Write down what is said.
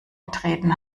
betreten